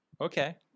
Okay